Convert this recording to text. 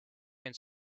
and